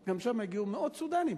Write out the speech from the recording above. גם לשם הגיעו מאות סודנים.